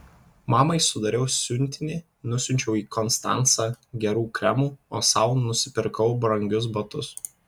mamai sudariau siuntinį nusiunčiau į konstancą gerų kremų o sau nusipirkau brangius batus